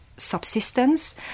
subsistence